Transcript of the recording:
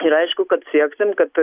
ir aišku kad sieksim kad